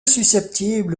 susceptible